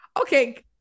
okay